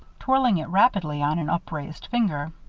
twirling it rapidly on an upraised finger.